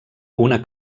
una